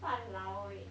!walao! eh